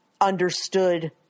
understood